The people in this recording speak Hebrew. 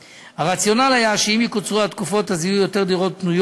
אם מנכ"ל המשרד מסמיך אותו לכך.